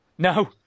No